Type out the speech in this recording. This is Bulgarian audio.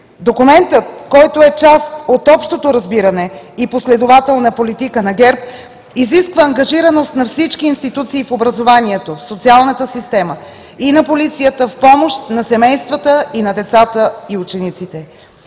Документът, който е част от общото разбиране и последователна политика на ГЕРБ, изисква ангажираност на всички институции в образованието, в социалната система и на полицията в помощ на семействата и на децата и учениците.